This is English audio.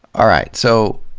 all right. so,